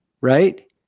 right